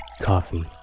coffee